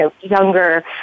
younger